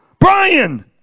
Brian